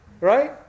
Right